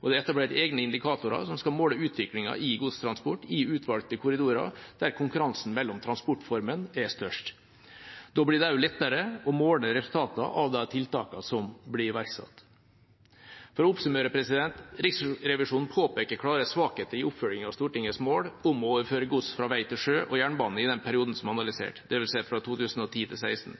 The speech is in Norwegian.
og det er etablert egne indikatorer som skal måle utviklingen i godstransport i utvalgte korridorer der konkurransen mellom transportformene er størst. Da blir det også lettere å måle resultatene av de tiltakene som blir iverksatt. For å oppsummere: Riksrevisjonen påpeker klare svakheter i oppfølgingen av Stortingets mål om å overføre gods fra vei til sjø og jernbane i den perioden som er analysert, dvs. fra 2010 til 2016,